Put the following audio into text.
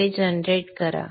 ते जनरेट करा